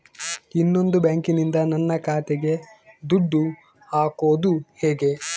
ಇನ್ನೊಂದು ಬ್ಯಾಂಕಿನಿಂದ ನನ್ನ ಖಾತೆಗೆ ದುಡ್ಡು ಹಾಕೋದು ಹೇಗೆ?